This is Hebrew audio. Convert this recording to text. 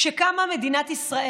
כשקמה מדינת ישראל,